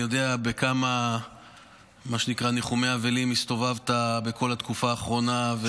אני יודע בכמה ניחומי אבלים הסתובבת בכל התקופה האחרונה.